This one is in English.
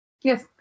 yes